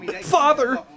Father